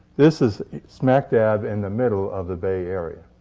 this is smack-dab in the middle of the bay area.